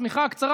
השמיכה הקצרה.